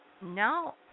No